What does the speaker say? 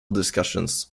discussions